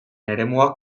eremuak